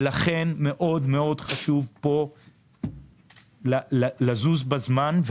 ולכן מאוד מאוד חשוב פה לזוז בזמן.